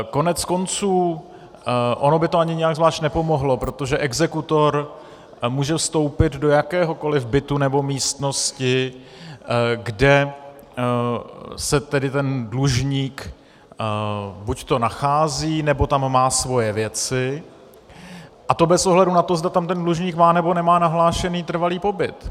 Koneckonců ono by to ani nijak zvlášť nepomohlo, protože exekutor může vstoupit do jakéhokoliv bytu nebo místnosti, kde se tedy dlužník buďto nachází, nebo tam má svoje věci, a to bez ohledu na to, zda tam ten dlužník má, nebo nemá nahlášen trvalý pobyt.